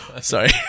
Sorry